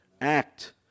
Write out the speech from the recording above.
Act